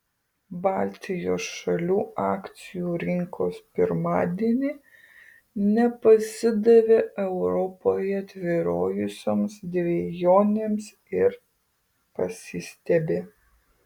baltijos šalių akcijų rinkos pirmadienį nepasidavė europoje tvyrojusioms dvejonėms ir pasistiebė